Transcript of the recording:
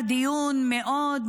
האמת,